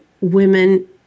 women